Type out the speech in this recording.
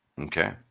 Okay